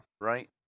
Right